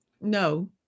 no